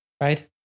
right